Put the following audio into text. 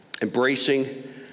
Embracing